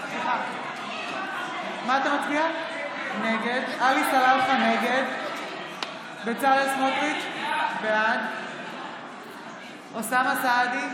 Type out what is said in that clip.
סלאלחה, נגד בצלאל סמוטריץ' בעד גברתי,